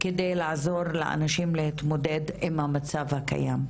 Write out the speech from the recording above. כדי לעזור לאנשים להתמודד עם המצב הקיים.